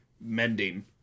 mending